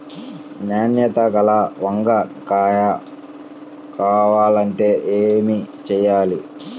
నాణ్యత గల వంగ కాయ కావాలంటే ఏమి చెయ్యాలి?